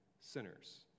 sinners